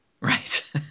Right